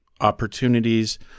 opportunities